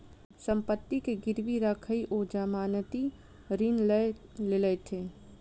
सम्पत्ति के गिरवी राइख ओ जमानती ऋण लय लेलैथ